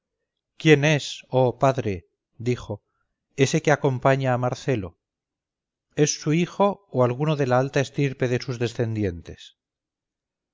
quién es oh padre dijo ese que acompaña a marcelo es su hijo o alguno de la alta estirpe de sus descendientes